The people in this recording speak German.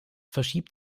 verschiebt